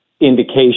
indication